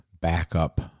backup